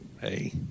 hey